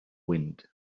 wind